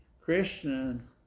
Christian